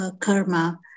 Karma